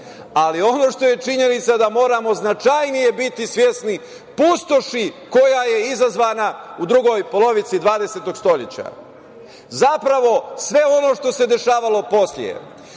Ali ono što je činjenica je da moramo značajnije biti svesni pustoši koja je izazvana u drugoj polovini 20. stoleća. Zapravo, sve ono što se dešavalo posle,